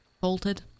bolted